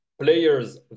players